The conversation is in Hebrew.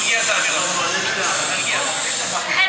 זה,